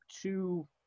two